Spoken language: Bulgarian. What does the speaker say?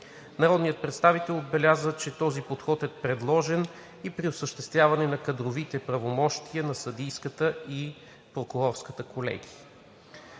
Народният представител отбеляза, че този подход е предложен при осъществяване на кадровите правомощия на съдийската и прокурорската колегии.